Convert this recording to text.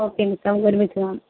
okay മിസ്സേ നമുക്ക് ഒരുമിച്ച് കാണാം